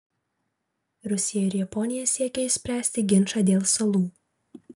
rusija ir japonija siekia išspręsti ginčą dėl salų